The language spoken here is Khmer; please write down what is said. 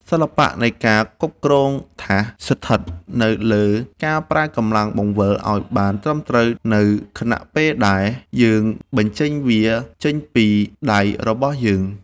សិល្បៈនៃការគ្រប់គ្រងថាសស្ថិតនៅលើការប្រើកម្លាំងបង្វិលឱ្យបានត្រឹមត្រូវនៅខណៈពេលដែលយើងបញ្ចេញវាចេញពីដៃរបស់យើង។